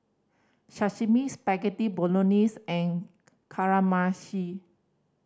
Sashimi Spaghetti Bolognese and Kamameshi